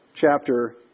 chapter